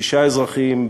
שישה אזרחים,